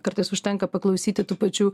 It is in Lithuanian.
kartais užtenka paklausyti tų pačių